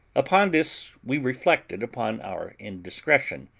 upon this we reflected upon our indiscretion,